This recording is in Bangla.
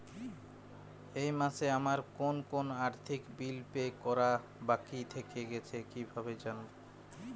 এই মাসে আমার কোন কোন আর্থিক বিল পে করা বাকী থেকে গেছে কীভাবে জানব?